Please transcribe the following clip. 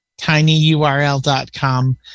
tinyurl.com